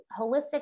holistic